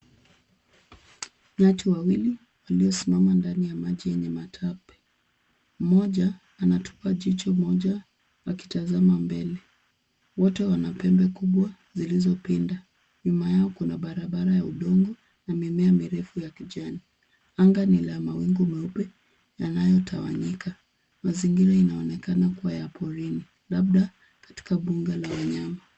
Nyati wawili waliosimama ndani ya maji yenye matope. Mmoja anatupa jicho moja akitazama mbele . Wote wanapembe kubwa zilizopinda. Nyuma yao kuna barabara ya udongo na mimea mirefu ya kijani. Anga ni la mawingu meupe yanayotawanyika. Mazingira inaonekana kuwa ya porini labda katika mbuga la wanyama.